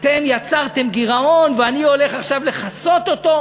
אתם יצרתם גירעון ואני הולך עכשיו לכסות אותו,